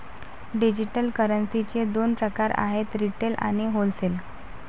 digital करन्सीचे दोन प्रकार आहेत रिटेल आणि होलसेल